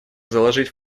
заложить